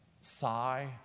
Sigh